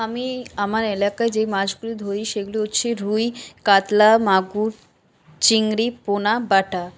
আমি আমার এলাকায় যেই মাছগুলো ধরি সেগুলো হচ্ছে রুই কাতলা মাগুর চিংড়ি পোনা বাটা